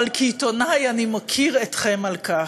אבל כעיתונאי אני מוקיר אתכם על כך.